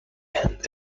and